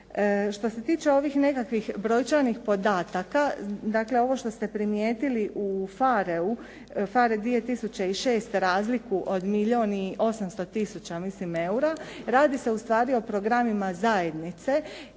Što se tiče ovih nekakvih brojčanih podataka, dakle ovo što se primjetili u PHARE-u. PHARE 2006. razliku od milijun i 800 tisuća mislim eura, radi se ustvari o programima zajednice